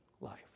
life